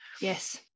Yes